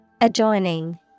Adjoining